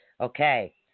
okay